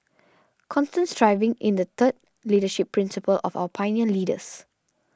constant striving is the third leadership principle of our pioneer leaders